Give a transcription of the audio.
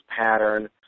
pattern